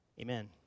Amen